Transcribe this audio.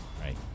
Right